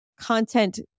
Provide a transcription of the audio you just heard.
content